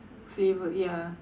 flavour ya